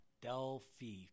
Delphi